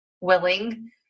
willing